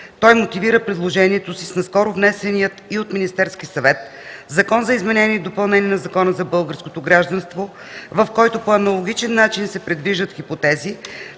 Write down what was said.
Той мотивира предложението си с наскоро внесения и от Министерския съвет Закон за изменение и допълнение на Закона за българското гражданство, в който по аналогичен начин се предвиждат хипотези